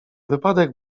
wypadek